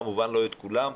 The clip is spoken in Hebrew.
כמובן לא את כולם,